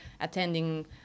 attending